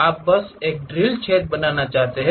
आप बस एक ड्रिल छेद बनाना चाहते हैं